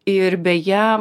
ir beje